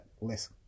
less